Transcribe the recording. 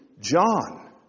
John